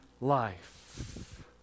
life